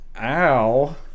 ow